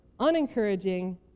unencouraging